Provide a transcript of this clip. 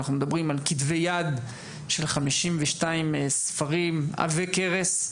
אנחנו מדברים על כתבי יד של 52 ספרים עבי כרס.